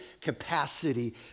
capacity